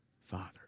Father